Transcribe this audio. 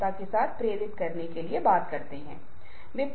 उदाहरण के लिए भारत में भय या दुख का प्रदर्शन